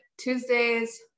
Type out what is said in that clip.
Tuesdays